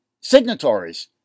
signatories